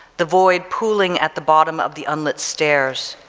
the void pooling at the bottom of the unlit stairs,